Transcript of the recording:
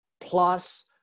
plus